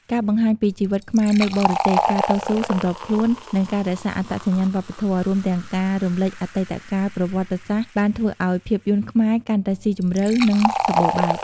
ការបង្ហាញពីជីវិតខ្មែរនៅបរទេស ការតស៊ូ សម្របខ្លួន និងការរក្សាអត្តសញ្ញាណវប្បធម៌ រួមទាំងការរំលេចអតីតកាលប្រវត្តិសាស្ត្រ បានធ្វើឱ្យភាពយន្តខ្មែរកាន់តែស៊ីជម្រៅ និងសម្បូរបែប។